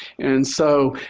and so,